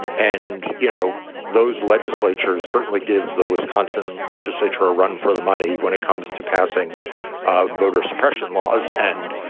and and, you know, those legislatures certainly give those concerned legislature a run for the money when it comes to passing voter suppression laws and,